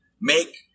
make